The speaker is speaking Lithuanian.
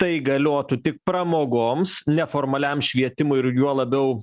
tai galiotų tik pramogoms neformaliam švietimui ir juo labiau